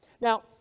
Now